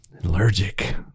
allergic